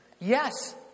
Yes